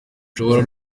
nshobora